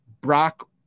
Brock